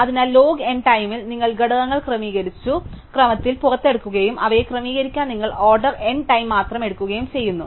അതിനാൽ log n ടൈമിൽ നിങ്ങൾക്ക് ഘടകങ്ങൾ ക്രമീകരിച്ച ക്രമത്തിൽ പുറത്തെടുക്കുകയും അവയെ ക്രമീകരിക്കാൻ നിങ്ങൾ ഓർഡർ n ടൈം മാത്രം എടുക്കുകയും ചെയ്യും